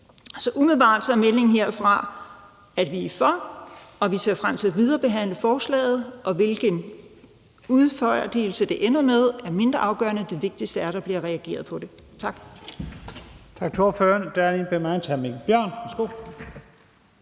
Umiddelbart er meldingen herfra, at vi er for, og at vi ser frem til at viderebehandle forslaget. Hvilket udfald det ender med, er mindre afgørende; det vigtigste er, at der bliver reageret på det. Tak.